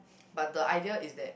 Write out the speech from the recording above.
but the idea is that